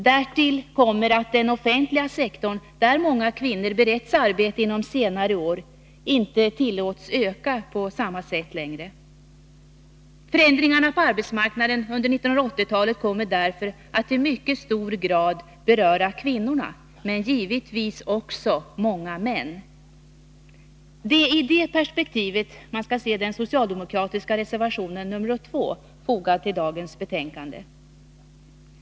Därtill kommer att den offentliga sektorn, där många kvinnor beretts arbete under senare år, inte längre tillåts öka på samma sätt. Förändringarna på arbetsmarknaden under 1980-talet kommer därför att i mycket hög grad beröra kvinnorna, men givetvis också många män. Det är i detta perspektiv man skall se den socialdemokratiska reservationen nr 2, fogad till dagens betänkande.